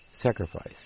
sacrifice